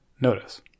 notice